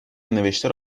نوشته